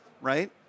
Right